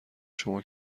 شما